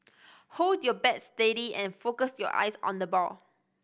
hold your bat steady and focus your eyes on the ball